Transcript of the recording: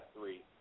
three